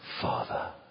Father